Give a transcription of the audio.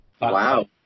Wow